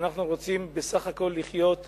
אנחנו רוצים בסך הכול לחיות בשלום,